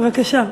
בבקשה.